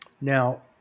Now